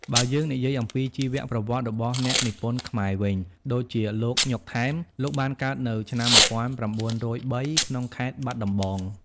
បើយើងនិយាយអំពីជីវប្រវត្តិរបស់អ្នកនិពន្ធខ្មែរវិញ ដូចជា លោក ញ៉ុក ថែម លោកបានកើតនៅឆ្នាំ ១៩០៣ ក្នុងខេត្តបាត់ដំបង។